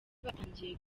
batangiye